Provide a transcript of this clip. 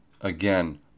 again